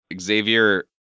Xavier